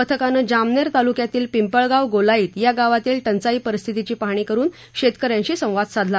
पथकाने जामनेर तालुक्यातील पिंपळगाव गोलाईत या गावातील टंचाई परिस्थितीची पाहणी करून शेतकऱ्यांशी संवाद साधला